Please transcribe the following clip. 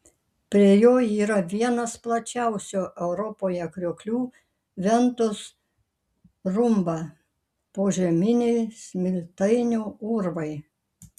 prie jo yra vienas plačiausių europoje krioklių ventos rumba požeminiai smiltainio urvai